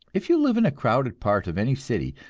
if you live in a crowded part of any city,